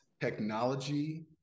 technology